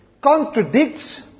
contradicts